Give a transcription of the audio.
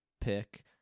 pick